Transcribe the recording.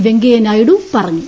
വെങ്കയ്യ നായിഡു പറഞ്ഞു